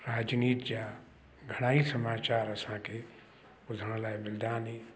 राजनीति जा घणाई समाचार असांखे ॿुधण लाइ मिलंदा आहिनि